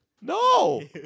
No